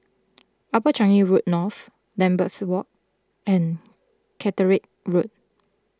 Upper Changi Road North Lambeth Walk and Caterick Road